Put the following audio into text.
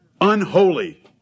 unholy